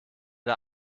der